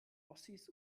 ossis